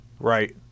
right